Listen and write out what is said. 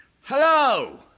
Hello